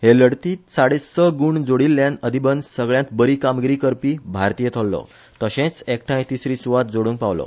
हे लढतीत साडे स गूण जोडिल्ल्यान अधिबन सगळ्यात बरी कामगिरी करपी भारतीय थारलो तशेच एकठाय तिसरी सुवात जोडूंक पावलो